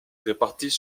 répartis